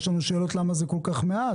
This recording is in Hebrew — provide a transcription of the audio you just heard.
יש לנו שאלות למה זה כל כך מעט,